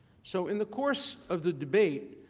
so in the course of the debate,